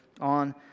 on